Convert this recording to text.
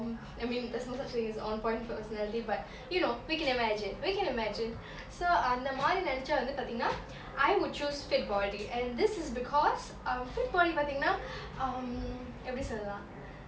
mm I mean there's no such thing as on point personality but you know we can imagine we can imagine so அந்தமாரி நெனச்சா வந்து பாத்திங்கனா:anthamari nenacha vanthu paathingana I would choose fit body and this is because um fit body பாத்திங்கனா:paathingana um எப்டி சொல்லலா:epdi sollala